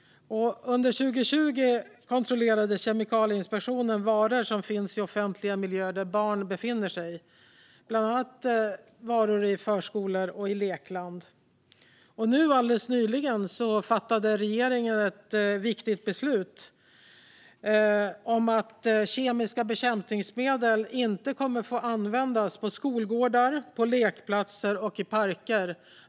Under 2020 kontrollerade Kemikalieinspektionen varor som finns i offentliga miljöer där barn befinner sig, bland annat varor i förskolor och lekland. Alldeles nyligen fattade regeringen ett viktigt beslut om att kemiska bekämpningsmedel inte kommer att få användas på skolgårdar, på lekplatser eller i parker.